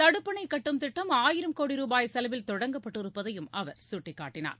தடுப்பணை கட்டும் திட்டம் ஆயிரம் கோடி ரூபாய் செலவில் தொடங்கப்பட்டிருப்பதையும் அவர் சுட்டிக்காட்டினார்